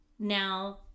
Now